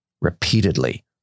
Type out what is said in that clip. repeatedly